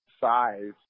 size